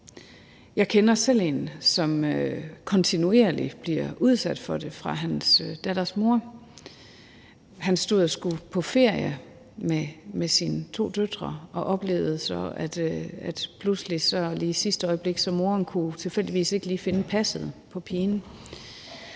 Jeg kender selv en, som kontinuerligt bliver udsat for det fra hans datters mor. Han stod og skulle på ferie med sine to døtre og oplevede så, at moren pludselig i sidste øjeblik tilfældigvis ikke lige kunne finde passet til pigen.